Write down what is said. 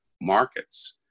markets